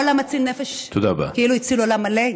כל המציל נפש כאילו הציל עולם מלא.